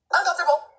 Uncomfortable